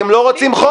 אתם לא רוצים חוק,